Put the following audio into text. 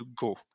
go